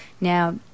now